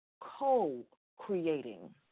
co-creating